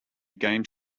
game